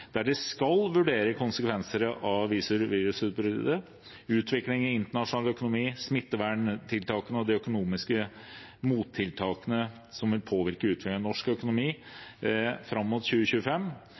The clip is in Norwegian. der de skal vurdere konsekvensene av virusutbruddet, utviklingen i internasjonal økonomi, smitteverntiltakene og de økonomiske mottiltakene som vil påvirke utviklingen i norsk økonomi